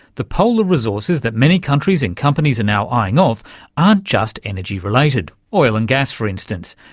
the polar resources that many countries and companies are now eyeing-off aren't just energy-related oil and gas for instance.